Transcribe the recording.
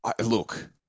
look